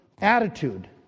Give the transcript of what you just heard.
attitude